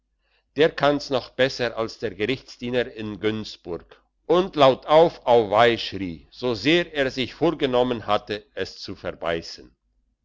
der kann's noch besser als der gerichtsdiener in günzburg und lautauf auweih schrie so sehr er sich vorgenommen hatte es zu verbeissen